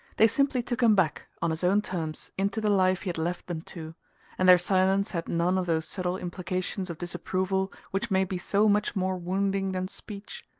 they simply took him back, on his own terms, into the life he had left them to and their silence had none of those subtle implications of disapproval which may be so much more wounding than speech.